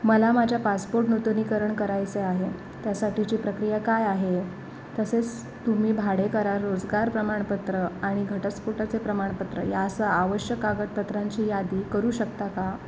मला माझ्या पासपोट नूतनीकरण करायचं आहे त्यासाठीची प्रक्रिया काय आहे तसेच तुम्ही भाडे करार रोजगार प्रमाणपत्र आणि घटस्फोटाचे प्रमाणपत्र यासह आवश्यक कागदपत्रांची यादी करू शकता का